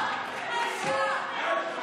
בושה.